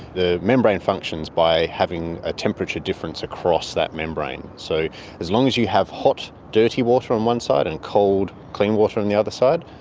the membrane functions by having a temperature difference across that membrane. so as long as you have hot dirty water on one side and cold clean water on the other side,